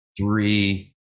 three